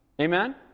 Amen